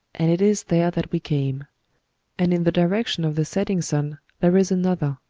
and it is there that we came and in the direction of the setting sun there is another,